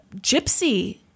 gypsy